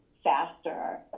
faster